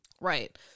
Right